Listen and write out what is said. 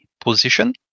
position